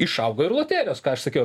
išaugo ir loterijos ką aš sakiau